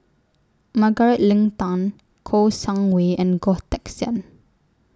Margaret Leng Tan Kouo Shang Wei and Goh Teck Sian